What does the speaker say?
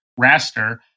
raster